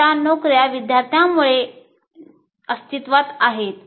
आमच्या नोकर्या विद्यार्थ्यांमुळे अस्तित्वात आहेत